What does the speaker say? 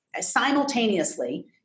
simultaneously